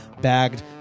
bagged